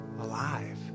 alive